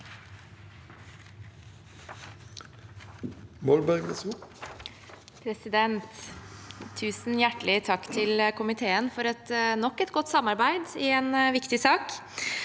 (ordfører for saken): Tusen hjertelig takk til komiteen for nok et godt samarbeid i en viktig sak.